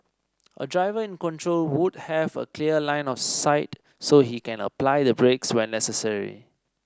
a driver in control would have a clear line of sight so he can apply the brakes when necessary